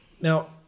Now